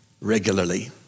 regularly